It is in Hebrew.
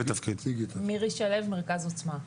מירי שלו, מרכז "עצמה".